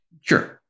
Sure